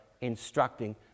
instructing